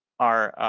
are